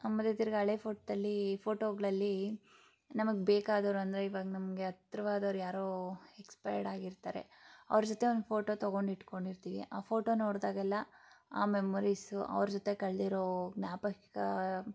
ಆಮೇಲೆ ತಿರ್ಗಿ ಹಳೆ ಫೋಟೋದಲ್ಲಿ ಫೋಟೋಗಳಲ್ಲಿ ನಮಗೆ ಬೇಕಾದವ್ರು ಅಂದರೆ ಇವಾಗ ನಮಗೆ ಹತ್ರವಾದವ್ರ್ ಯಾರೋ ಎಕ್ಸ್ಪೈರ್ಡ್ ಆಗಿರ್ತಾರೆ ಅವ್ರ ಜೊತೆ ಒಂದು ಫೋಟೋ ತೊಗೊಂಡು ಇಟ್ಟುಕೊಂಡಿರ್ತೀವಿ ಆ ಫೋಟೋ ನೋಡಿದಾಗೆಲ್ಲಾ ಆ ಮೆಮೊರೀಸು ಅವ್ರ ಜೊತೆ ಕಳೆದಿರೋ ಜ್ಞಾಪಕ